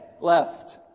Left